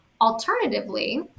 alternatively